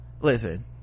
listen